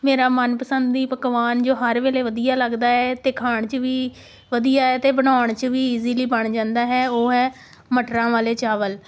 ਮੇਰਾ ਮਨ ਪਸੰਦੀ ਪਕਵਾਨ ਜੋ ਹਰ ਵੇਲੇ ਵਧੀਆ ਲੱਗਦਾ ਹੈ ਅਤੇ ਖਾਣ 'ਚ ਵੀ ਵਧੀਆ ਹੈ ਅਤੇ ਬਣਾਉਣ 'ਚ ਵੀ ਈਜ਼ੀਲੀ ਬਣ ਜਾਂਦਾ ਹੈ ਉਹ ਹੈ ਮਟਰਾਂ ਵਾਲੇ ਚਾਵਲ